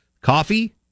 Coffee